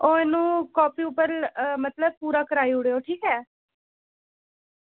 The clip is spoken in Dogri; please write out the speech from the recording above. ओह् उनें ई कापी उप्पर मतलब पूरा कराई ओड़ेओ ठीक ऐ